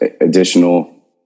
additional